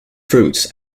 fruits